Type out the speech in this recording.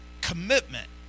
commitment